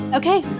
okay